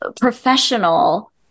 professional